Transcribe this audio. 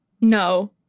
No